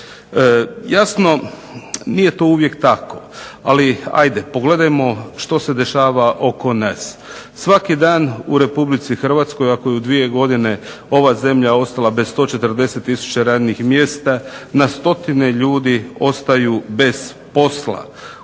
Jasno nije to uvijek tako, ali ajde pogledajmo što se dešava oko nas. Svaki dan u RH iako je u dvije godine ova zemlja ostala bez 140 tisuća radnih mjesta na stotine ljudi ostaju bez posla.